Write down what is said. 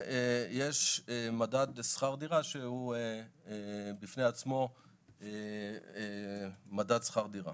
ויש מדד שכר דירה שהוא בפני עצמו מדד שכר דירה.